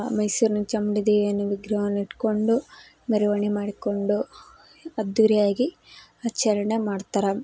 ಮೈಸೂರಿನ ಚಾಮುಂಡಿ ದೇವಿಯನ್ನು ವಿಗ್ರಹವನ್ನು ಇಟ್ಟುಕೊಂಡು ಮೆರವಣಿಗೆ ಮಾಡಿಕೊಂಡು ಅದ್ದೂರಿಯಾಗಿ ಆಚರಣೆ ಮಾಡ್ತಾರೆ